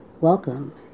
welcome